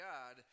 God